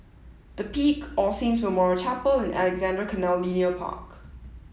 the Peak All Saints Memorial Chapel and Alexandra Canal Linear Park